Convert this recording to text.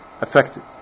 affected